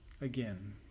Again